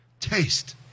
taste